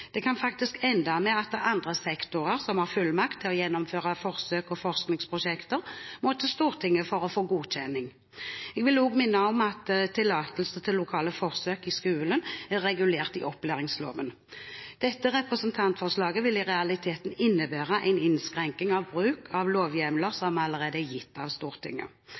Det kan faktisk ende med at andre sektorer som har fullmakt til å gjennomføre forsøk og forskningsprosjekter, må til Stortinget for å få godkjenning. Jeg vil også minne om at tillatelse til lokale forsøk i skolen er regulert i opplæringsloven. Dette representantforslaget vil i realiteten innebære en innskrenkning i bruken av lovhjemler som allerede er gitt av Stortinget.